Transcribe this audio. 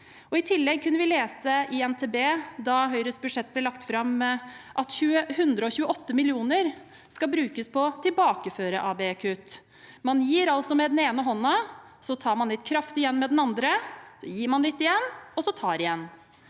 I tillegg kunne vi lese i NTB da Høyres budsjett ble lagt fram, at 128 mill. kr skal brukes på å tilbakeføre ABE-kutt. Man gir altså med den ene hånden, så tar man det kraftig igjen med den andre, så gir man litt igjen, og så tar man igjen.